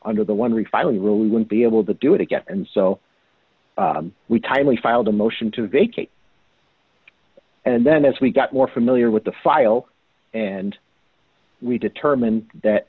under the one refinery rule we would be able to do it again and so we timely filed a motion to vacate and then as we got more familiar with the file and we determined that